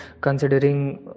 considering